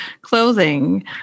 clothing